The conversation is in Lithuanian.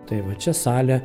tai va čia salė